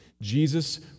Jesus